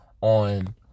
on